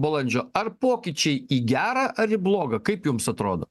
balandžio ar pokyčiai į gera ar į bloga kaip jums atrodo